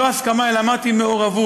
לא "הסכמה" אלא אמרתי "מעורבות".